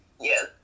yes